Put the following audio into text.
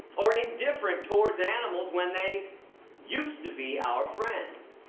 or indifferent towards animals when they used to be our friends?